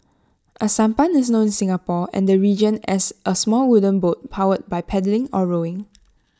A sampan is known in Singapore and the region as A small wooden boat powered by paddling or rowing